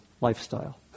lifestyle